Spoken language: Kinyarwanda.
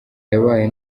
yabaye